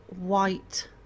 white